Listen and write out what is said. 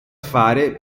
fare